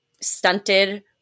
stunted